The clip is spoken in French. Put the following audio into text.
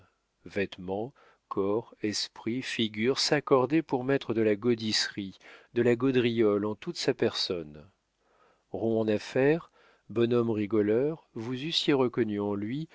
corps esprit figure s'accordaient pour mettre de la gaudisserie de la gaudriole en toute sa personne rond en affaires bon homme rigoleur vous eussiez reconnu en lui